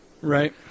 Right